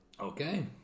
Okay